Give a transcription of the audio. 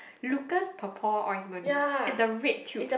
Lucas Papaw Ointment is the red tube